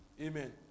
Amen